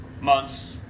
months